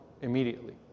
immediately